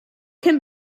can